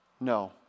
No